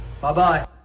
Bye-bye